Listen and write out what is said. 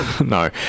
No